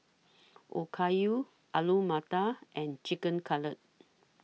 Okayu Alu Matar and Chicken Cutlet